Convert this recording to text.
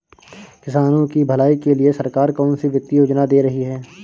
किसानों की भलाई के लिए सरकार कौनसी वित्तीय योजना दे रही है?